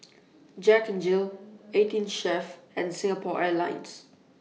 Jack N Jill eighteen Chef and Singapore Airlines